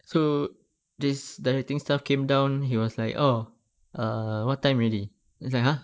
so this directing staff came down he was like oh err what time already I was like !huh!